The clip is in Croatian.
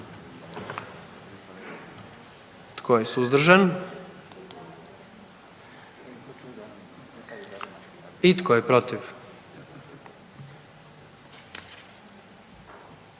Tko je suzdržan? I tko je protiv?